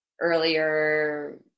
earlier